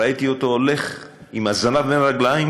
ראיתי אותו הולך עם זנב בין הרגליים